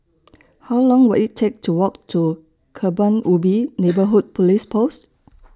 How Long Will IT Take to Walk to Kebun Ubi Neighbourhood Police Post